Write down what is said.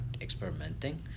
experimenting